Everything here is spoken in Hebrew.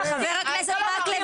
אתם מנסים בכוח --- חבר הכנסת מקלב,